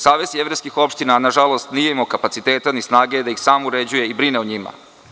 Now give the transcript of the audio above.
Savez jevrejskih opština nažalost nije imao kapaciteta ni snage da ih sam uređuje i brine o njima.